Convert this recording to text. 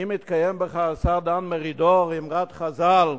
האם נתקיים בך, השר דן מרידור, אמרת חז"ל: